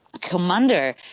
commander